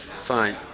Fine